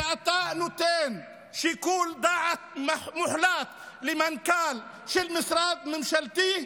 כשאתה נותן שיקול דעת מוחלט למנכ"ל של משרד ממשלתי,